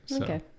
Okay